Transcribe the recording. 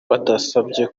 badusabye